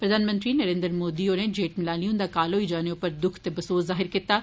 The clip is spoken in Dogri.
प्रधानमंत्री नरेन्द्र मोदी होरें जेठमिलानी हुन्दा काल होई जाने उप्पर दुख ते बसोस जाहिर कीता ऐ